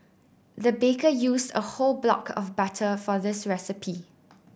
the baker used a whole block of butter for this recipe